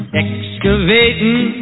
excavating